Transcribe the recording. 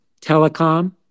telecom